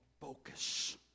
focus